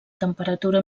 temperatura